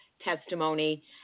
testimony